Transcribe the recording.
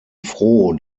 froh